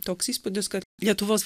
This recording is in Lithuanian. toks įspūdis kad lietuvos